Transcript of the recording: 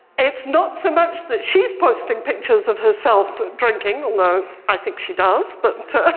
it's not so much that she's posting pictures of herself drinking, although i think she does. but